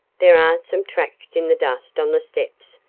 there are some tracks in the dust on the steps,